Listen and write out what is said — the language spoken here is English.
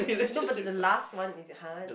no but the last one is it !huh!